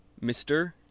Mr